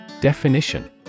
Definition